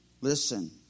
Listen